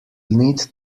need